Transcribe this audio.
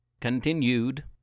continued